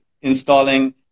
installing